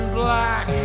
black